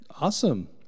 Awesome